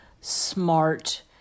smart